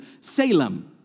Salem